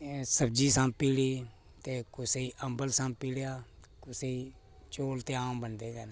सब्जी सौंपी ओड़ी ते कुसै गी अम्बल सौंपी ओड़ेआ ते कुसै गी चौल ते आम बनदे गै न